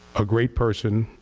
a great person.